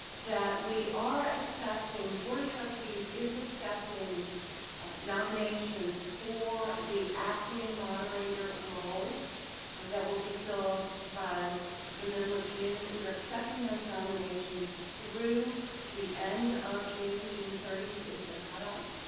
that we are accepting, the board of trustees is accepting nominations for the acting moderator role that will be filled by the middle of june. we're accepting those nominations through the end of june, june thirtieth is the cutoff